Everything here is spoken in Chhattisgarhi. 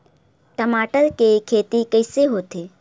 टमाटर के खेती कइसे होथे?